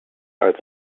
als